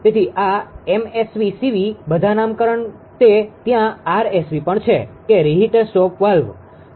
તેથી આ MSV CV બધા નામકરણ તે ત્યાં આરએસવી પણ છે કે રીહટર સ્ટોપ વાલ્વ